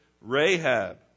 Rahab